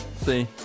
see